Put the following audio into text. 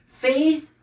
Faith